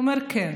הוא אמר: כן.